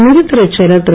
நிதித் துறைச் செயலர் திரு